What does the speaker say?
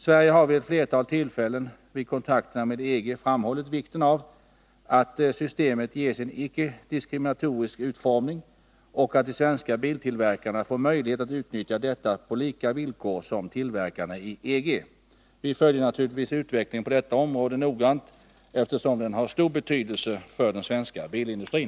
Sverige har vid flera tillfällen vid kontakterna med EG framhållit vikten av att systemet ges en icke-diskriminatorisk utformning och att de svenska biltillverkarna får möjlighet att utnyttja detta på lika villkor som tillverkarna i EG. Vi följer naturligtvis utvecklingen på detta område noggrant, eftersom den har stor betydelse för den svenska bilindustrin.